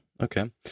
okay